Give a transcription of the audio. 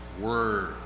word